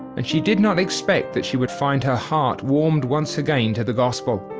and she did not expect that she would find her heart warmed once again to the gospel.